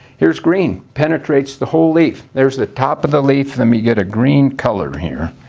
here's green. penetrates the whole leaf. there's the top of the leaf, then we get a green color here,